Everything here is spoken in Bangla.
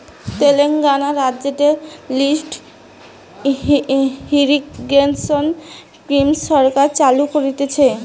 তেলেঙ্গানা রাজ্যতে লিফ্ট ইরিগেশন স্কিম সরকার চালু করতিছে